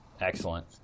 Excellent